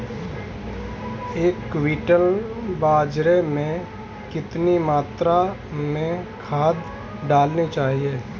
एक क्विंटल बाजरे में कितनी मात्रा में खाद डालनी चाहिए?